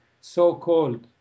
so-called